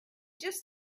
just